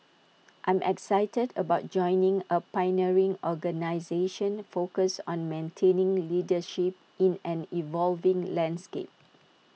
I'm excited about joining A pioneering organisation focused on maintaining leadership in an evolving landscape